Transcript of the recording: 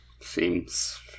Seems